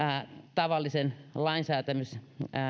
tavalliseen lainsäätämiseen